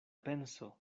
penso